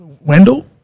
Wendell